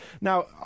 Now